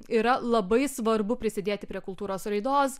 yra labai svarbu prisidėti prie kultūros raidos